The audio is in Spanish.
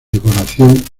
decoración